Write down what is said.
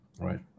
Right